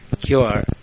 Cure